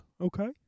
Okay